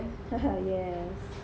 ha ha yes